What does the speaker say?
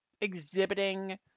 exhibiting